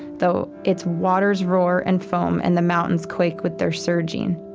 though its waters roar and foam and the mountains quake with their surging.